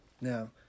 Now